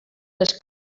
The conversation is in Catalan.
les